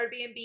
Airbnb